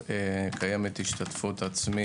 שלום, יושב-ראש הוועדה, כל המשתתפים.